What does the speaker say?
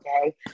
okay